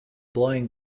blowing